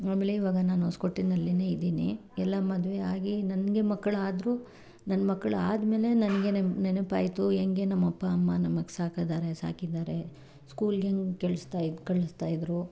ಆಮೇಲೆ ಇವಾಗ ನಾನು ಹೊಸ್ಕೋಟೆಯಲ್ಲಿಯೇ ಇದ್ದೀನಿ ಎಲ್ಲ ಮದುವೆ ಆಗಿ ನನಗೆ ಮಕ್ಕಳಾದ್ರು ನನ್ನ ಮಕ್ಕಳು ಆದಮೇಲೆ ನನಗೆ ನೆನಪಾಯ್ತು ಹೆಂಗೆ ನಮ್ಮ ಅಪ್ಪ ಅಮ್ಮ ನಮ್ಗೆ ಸಾಕಿದ್ದಾರೆ ಸಾಕಿದ್ದಾರೆ ಸ್ಕೂಲ್ಗೆ ಹೆಂಗೆ ಕೇಳ್ಸ್ತಾ ಇ ಕಳಿಸ್ತಾ ಇದ್ರು